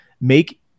make